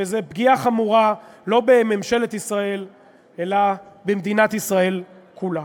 וזו פגיעה חמורה לא בממשלת ישראל אלא במדינת ישראל כולה.